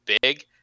big